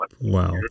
Wow